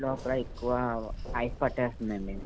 లోపల ఎక్కువ ఐస్ పట్టేస్తుందండి